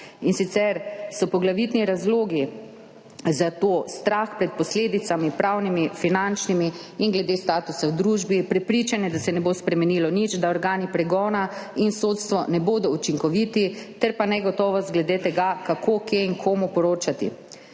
In sicer so poglavitni razlogi za to strah pred posledicami, pravnimi, finančnimi in glede statusa v družbi, prepričanje, da se ne bo spremenilo nič, da organi pregona in sodstvo ne bodo učinkoviti, ter negotovost glede tega, kako, kje in komu poročati.